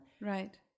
Right